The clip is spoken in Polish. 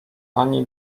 ani